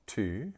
two